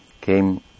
came